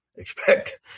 Expect